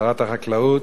שרת החקלאות,